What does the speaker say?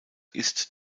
ist